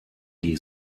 die